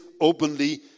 openly